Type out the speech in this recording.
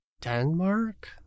Denmark